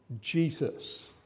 Jesus